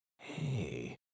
hey